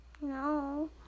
No